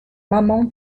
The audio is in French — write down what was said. maman